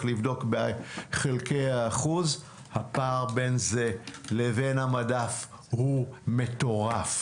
לבדוק את חלקי האחוז הפער בין זה לבין המדף הוא מטורף.